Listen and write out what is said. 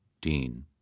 Dean